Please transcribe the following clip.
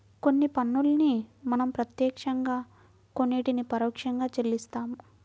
కొన్ని పన్నుల్ని మనం ప్రత్యక్షంగా కొన్నిటిని పరోక్షంగా చెల్లిస్తాం